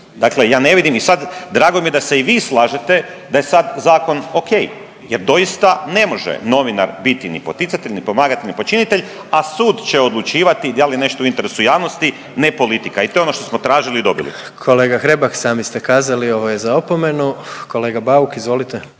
Dakle, ja ne vidim i sad, drago mi je da se i vi slažete da je sad zakon ok jer doista ne može novinar biti ni poticatelj, ni pomagatelj, ni počinitelj, a sud će odlučivati da li je nešto u interesu javnosti, ne politika. I to je ono što smo tražili i dobili. **Jandroković, Gordan (HDZ)** Kolega Hrebak sami ste kazali, ovo je za opomenu. Kolega Bauk, izvolite.